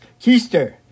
keister